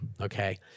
Okay